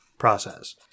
process